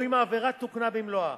או אם העבירה תוקנה במלואה,